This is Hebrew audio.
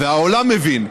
והעולם הבין,